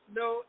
no